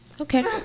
Okay